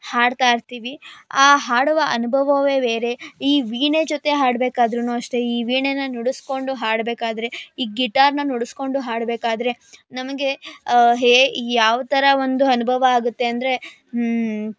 ಹಾಡ್ತಾ ಇರ್ತೀವಿ ಆ ಹಾಡುವ ಅನುಭವವೇ ಬೇರೆ ಈ ವೀಣೆ ಜೊತೆ ಹಾಡ್ಬೇಕಾದ್ರು ಅಷ್ಟೇ ಈ ವೀಣೇನ ನುಡಿಸ್ಕೊಂಡು ಹಾಡಬೇಕಾದ್ರೆ ಈ ಗಿಟಾರನ್ನ ನುಡಿಸ್ಕೊಂಡು ಹಾಡಬೇಕಾದ್ರೆ ನಮಗೆ ಹೇ ಯಾವ ಥರ ಒಂದು ಅನುಭವ ಆಗುತ್ತೆ ಅಂದರೆ